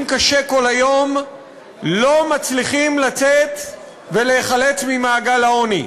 קשה כל היום לא מצליחים לצאת ולהיחלץ ממעגל העוני.